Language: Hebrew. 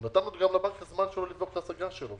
אנחנו נתנו גם לבנק את הזמן שלו לבדוק את ההסגה שלו,